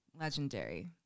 legendary